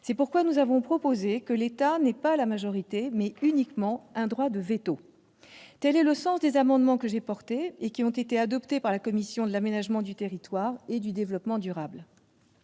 C'est pourquoi nous avons proposé que l'État n'ait pas la majorité, mais uniquement un droit de veto. Tel est le sens des amendements que j'ai portés, et qui ont été adoptés par la commission de l'aménagement du territoire et du développement durable.